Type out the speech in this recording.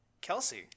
kelsey